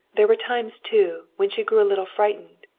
there were times, too, when she grew a little frightened.